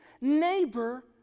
neighbor